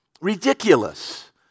ridiculous